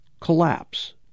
collapse